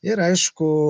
ir aišku